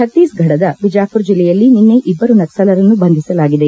ಛತ್ತೀಸ್ಗಢದ ಬಿಜಾಪುರ್ ಜಿಲ್ಲೆಯಲ್ಲಿ ನಿನ್ನೆ ಇಬ್ಬರು ನಕ್ಲಲರನ್ನು ಬಂಧಿಸಲಾಗಿದೆ